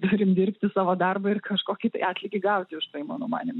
turim dirbti savo darbą ir kažkokį tai atlygį gauti tai mano manymu